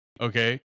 okay